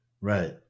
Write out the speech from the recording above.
right